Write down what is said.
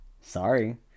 Sorry